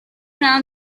round